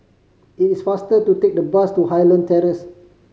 it is faster to take the bus to Highland Terrace